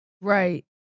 Right